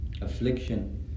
affliction